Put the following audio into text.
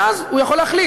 ואז הוא יכול להחליט.